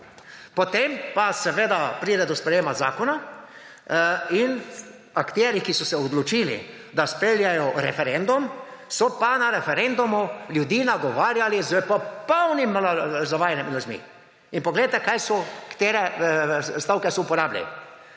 potem pa seveda pride do sprejetja zakona in akterji, ki so se odločili, da speljejo referendum, so pa na referendumu ljudi nagovarjali s popolnim zavajanjem in lažmi. In poglejte, katere stavke so uporabili.